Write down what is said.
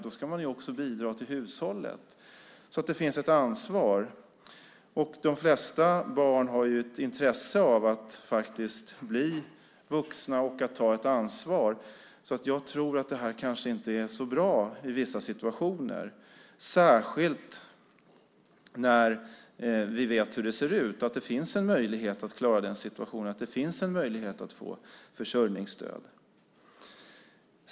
Det finns alltså ett ansvar, och de flesta barn har ett intresse av att faktiskt bli vuxna och ta ett ansvar. Därför tror jag att det här kanske inte är så bra i vissa situationer, särskilt när vi vet hur det ser ut. Det finns en möjlighet att klara den situationen. Det finns en möjlighet att få försörjningsstöd.